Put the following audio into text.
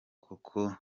koko